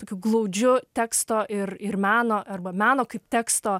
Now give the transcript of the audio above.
tokiu glaudžiu teksto ir ir meno arba meno kaip teksto